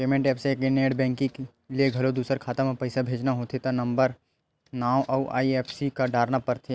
payment apps या net banking ले घलो दूसर खाता म पइसा भेजना होथे त नंबरए नांव अउ आई.एफ.एस.सी डारना परथे